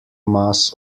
mass